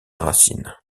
racines